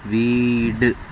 வீடு